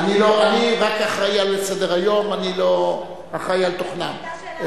אני רק אחראי לסדר-היום, אני לא אחראי לתוכנם.